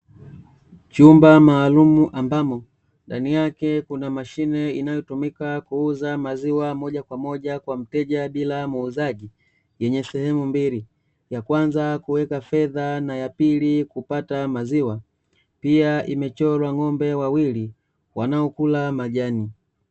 Chumba maalumu ambamo ndani yake kuna mashine inayotumika kuuza maziwa moja kwa moja kwa mteja bila muuzaji yenye sehemu mbili; ya kwanza kuweka fedha na ya pili kupata maziwa. Pia imechorwa ng'ombe wawili wanaokula majani.